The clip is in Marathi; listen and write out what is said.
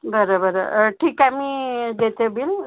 बरं बरं ठीक आहे मी देते बिल